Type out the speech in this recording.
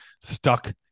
stuck